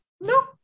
No